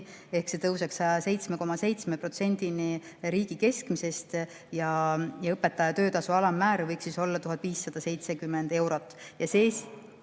ehk see tõuseks 107,7%-ni riigi keskmisest. Õpetaja töötasu alammäär võiks olla 1570 eurot.